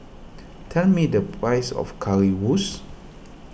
tell me the price of Currywurst